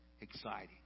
exciting